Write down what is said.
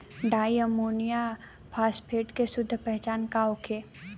डाई ammonium phosphate के शुद्ध पहचान का होखे?